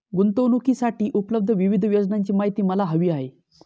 गुंतवणूकीसाठी उपलब्ध विविध योजनांची माहिती मला हवी आहे